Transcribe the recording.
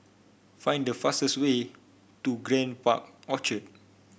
find the fastest way to Grand Park Orchard